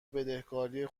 بدهکاری